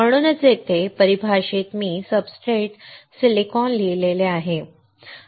म्हणूनच इथे परिभाषेत मी सब्सट्रेट सिलिकॉन लिहिले आहे